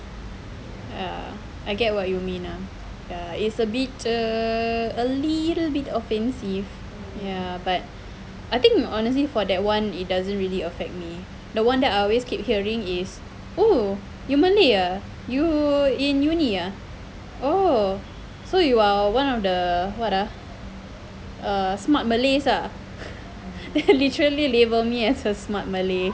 ya I get what you mean ah ya is a bit err a little bit offensive ya but I think honestly for that [one] it doesn't really affect me the one that I always keep hearing is oh you malay ah you in uni ah oh so you are one of the what ah a smart malay ah they literally label me as a smart malay